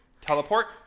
Teleport